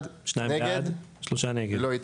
בעד, 2 נגד, 3 נמנעים, 0 הרביזיה לא התקבלה.